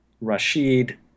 Rashid